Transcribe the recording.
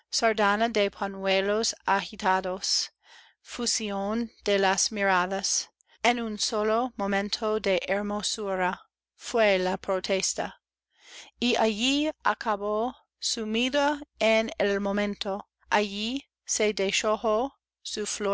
pañuelos agitados fusión de las miradas en un solo momento de hermosura fué la protesta y allí acabó sumida en el momento allí se